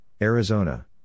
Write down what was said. Arizona